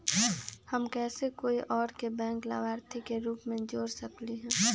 हम कैसे कोई और के बैंक लाभार्थी के रूप में जोर सकली ह?